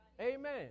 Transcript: Amen